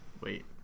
Wait